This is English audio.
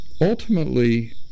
ultimately